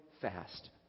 fast